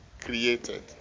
Created